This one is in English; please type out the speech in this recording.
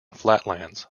flatlands